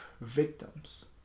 victims